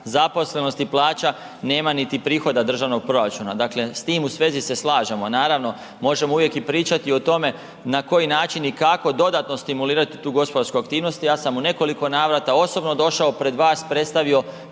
zaposlenosti i plaća nema niti prihoda državnog proračuna. Dakle s time u svezi se slažemo. Naravno možemo uvijek i pričati o tome na koji način i kako dodatno stimulirati tu gospodarsku aktivnost. I ja sam u nekoliko navrata osobno došao pred vas, predstavio